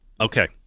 okay